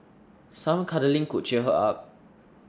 some cuddling could cheer her up